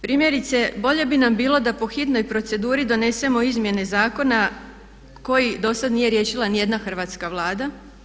Primjerice bolje bi nam bilo da po hitnoj proceduri donesemo izmjene zakona koji dosad nije riješila ni jedna Hrvatska vlada.